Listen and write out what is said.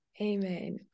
Amen